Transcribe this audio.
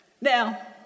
Now